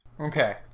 Okay